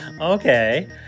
Okay